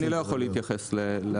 אני לא יכול להתייחס לתוצאות.